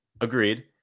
Agreed